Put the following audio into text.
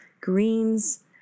greens